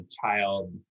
child